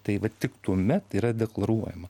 tai va tik tuomet yra deklaruojama